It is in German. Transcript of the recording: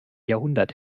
jahrhundert